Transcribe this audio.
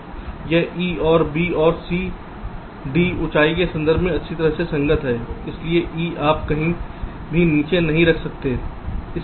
यह e यह b और c d ऊंचाई के संदर्भ में अच्छी तरह से संगत है इसलिए e आप कहीं भी नीचे नहीं रख सकते हैं